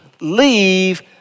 Leave